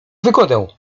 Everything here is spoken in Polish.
wygodę